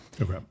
Okay